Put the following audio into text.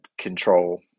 control